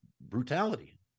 brutality